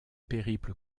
périple